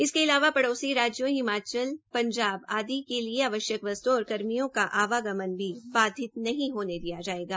इसके अलावा पड़ोसी राज्यों हिमाचल पंजाब आदि के लिए आवश्यक वस्त्ओं और कर्मियों का आवागमन भी बाधित नहीं होने दिया जायेगा